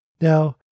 Now